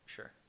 Sure